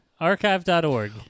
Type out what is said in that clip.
Archive.org